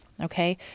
Okay